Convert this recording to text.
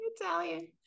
Italian